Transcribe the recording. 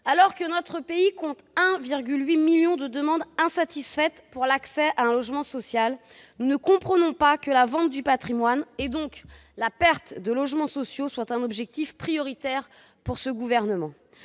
Alors que le pays compte 1,8 million de demandes insatisfaites concernant l'accès à un logement social, nous ne comprenons pas que la vente du patrimoine, donc la perte de logements sociaux, constitue un objectif prioritaire pour ce gouvernement.